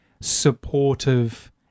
supportive